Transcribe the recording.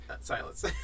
silence